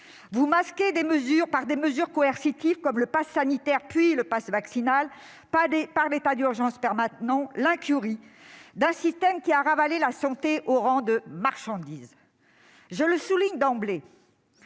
Vous masquez par des mesures coercitives, comme le passe sanitaire, puis le passe vaccinal, et par l'état d'urgence permanent, l'incurie d'un système qui a ravalé la santé au rang de marchandise. Je le souligne d'emblée